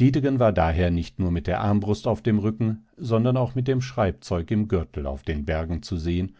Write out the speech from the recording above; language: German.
dietegen war daher nicht nur mit der armbrust auf dem rücken sondern auch mit dem schreibzeug im gürtel auf den bergen zu sehen